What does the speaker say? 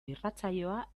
irratsaioa